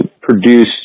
produce